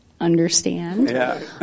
understand